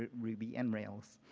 ruby and rails.